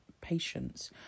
patients